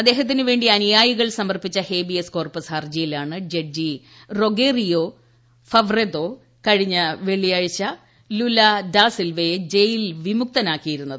ഇദ്ദേഹത്തിന് വേണ്ടി അനുയായികൾ സമർപ്പിച്ച ഹേബിയസ് കോർപസ് ഹർജിയിലാണ് ജഡ്ജി റൊഗേറിയോ ഫവ്രെതോ കഴിഞ്ഞ വെള്ളിയാഴ്ച ലുല ഡ സിൽവയെ ജയിൽ വിമുക്തനാക്കിയിരുന്നത്